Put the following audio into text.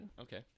Okay